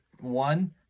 one